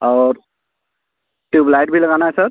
और ट्यूबलाइट भी लगानी है सर